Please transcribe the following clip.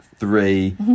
Three